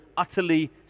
utterly